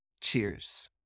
Cheers